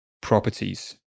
properties